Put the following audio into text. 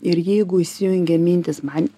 ir jeigu įsijungia mintys man